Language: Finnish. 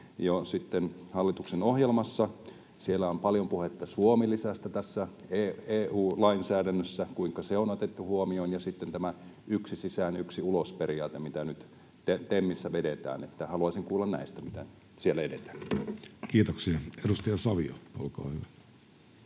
hallituksen ohjelmassa? Siellä on paljon puhetta Suomi-lisästä tässä EU-lainsäädännössä. Kuinka se on otettu huomioon? Ja sitten on tämä ”yksi sisään yksi ulos” ‑periaate, mitä nyt TEMissä vedetään, eli haluaisin kuulla näistä, miten siellä edetään. Kiitoksia. — Edustaja Savio, olkaa hyvä.